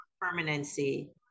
permanency